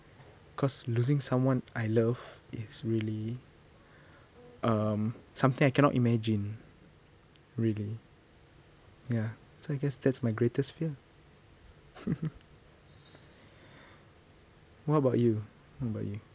because losing someone I love is really um something I cannot imagine really ya so I guess that's my greatest fear what about you what about you